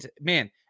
man